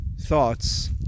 thoughts